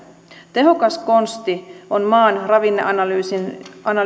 tehokas konsti on maan ravinneanalyysiin